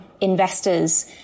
investors